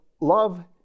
love